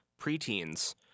preteens